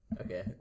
okay